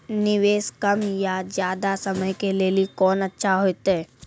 निवेश कम या ज्यादा समय के लेली कोंन अच्छा होइतै?